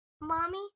mommy